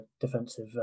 defensive